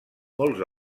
molts